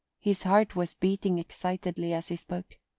his heart was beating excitedly as he spoke.